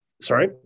Sorry